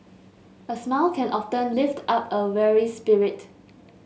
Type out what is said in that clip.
a smile can often lift up a weary spirit